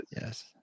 Yes